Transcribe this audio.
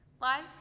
Life